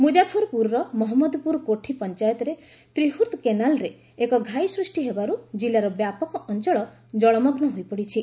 ମୁଜାଫରପୁରର ମହମ୍ମଦପୁର କୋଠି ପଞ୍ଚାୟତରେ ତ୍ରିହୁତ୍ତ କେନାଲ୍ରେ ଏକ ଘାଇ ସୃଷ୍ଟି ହେବାରୁ କିଲ୍ଲାର ବ୍ୟାପକ ଅଞ୍ଚଳ ଜଳମଗ୍ନ ହୋଇପଡ଼ିଛି